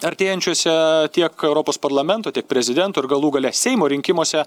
artėjančiuose tiek europos parlamento tiek prezidento ir galų gale seimo rinkimuose